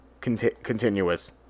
continuous